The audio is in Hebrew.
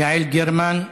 יעל גרמן.